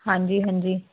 ਹਾਂਜੀ ਹਾਂਜੀ